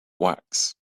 wax